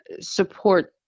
support